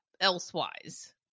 Elsewise